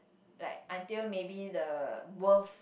like until maybe the worth